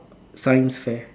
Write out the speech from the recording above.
science fair